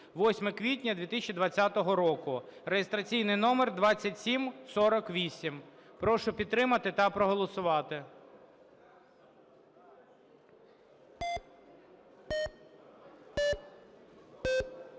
(8 квітня 2020 року) (реєстраційний номер 2748). Прошу підтримати та проголосувати.